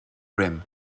rim